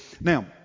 Now